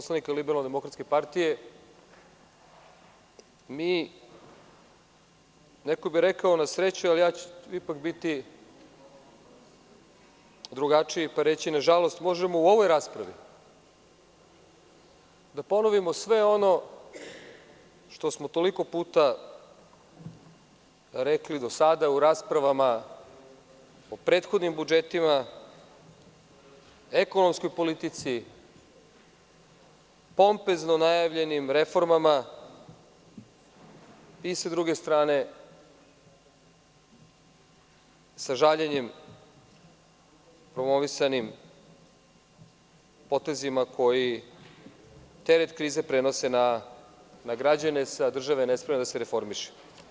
Što se tiče poslanika LDP, neko bi rekao na sreću, ali ću ipak biti drugačiji, pa reći, nažalost u ovoj raspravi možemo da ponovimo sve ono što smo toliko puta rekli do sada u raspravama po prethodnim budžetima, ekonomskoj politici, pompezno najavljenim reformama i, sa druge strane, sa žaljenjem, promovisanim potezima, koji teret krize prenose na građane sa države, ne sme da se reformiše.